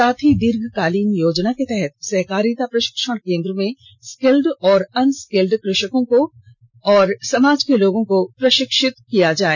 साथ ही दीर्घकालीन योजना के तहत सहकारिता प्रशिक्षण केंद्र में रिकल्ड और अनरिकल्ड कृषकों को और समाज के लोगों को प्रशिक्षित करना है